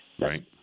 Right